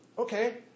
Okay